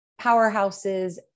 powerhouses